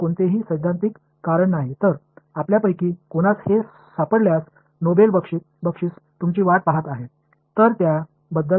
எனவே உங்களில் யாராவது அதைக் அங்கு கண்டு பிடித்தாள் உங்களுக்காக ஒரு நோபல் பரிசு காத்திருக்கிறது